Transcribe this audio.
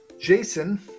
Jason